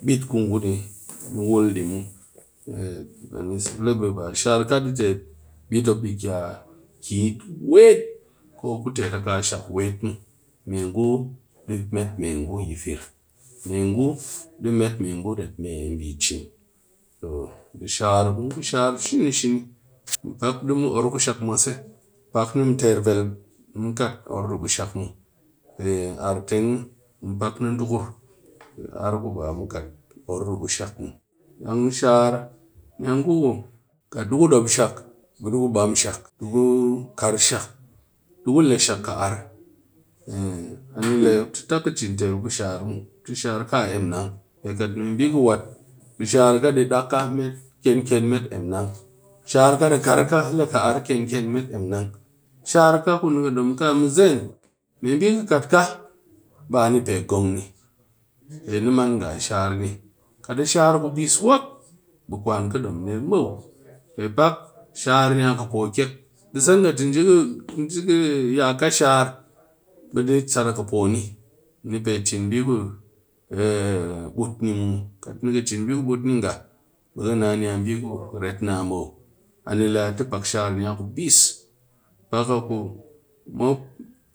Bit ku ngu ni wul di muw, a ni se be shar ka di tet bit mop kɨ a kume wet muw me ngu met me ngu yi fir me ngu met me ngu rep me bi chin to be shar mun ku shar shini-shini pak ɗe mu oor ku shak muwase, pak mu ter vel ni mu kat oor kushak muw pe ar teng mɨ pak dukur ki ar ku ba mu kat oor ku shak muw dang shar me ngu kat dang ndu dom shak dɨ ku bam shak, di ku kar shak, ndu le shak ki ar, a ni le mop ti tap ki cin tel ku shar muw, shar ka a emnang shar ka di kar ka ken-ken met emnang shar ka ku ni ki dom ka a mɨ zen me bi ku dɨ kat bi man nga pe ngong ni pe ni maan nga a shar ni. Kat shar kubis be kwan kɨ dom ni muw pe pak shar ni ka poo kek di sat nga nji ki ya ka shar bi ɗi be di sat a ka poo ni kat ni kɨ cin bi ku dighn but ni nga bi dɨ ret naa muw, a ni le a tɨ pak shar ni a kubis.